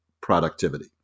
productivity